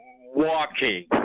walking